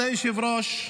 כבוד היושב-ראש,